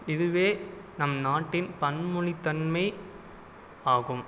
இதுவே நம் நாட்டின் பன்மொழி தன்மை ஆகும்